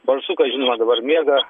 barsukas žinoma dabar miega